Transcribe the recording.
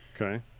Okay